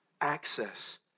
access